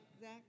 Zach